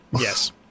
Yes